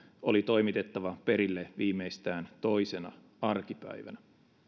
oli toimitettava perille viimeistään toisena arkipäivänä